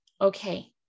okay